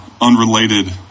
Unrelated